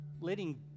Letting